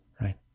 right